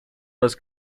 was